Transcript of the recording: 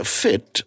fit